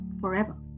forever